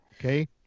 Okay